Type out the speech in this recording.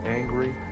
angry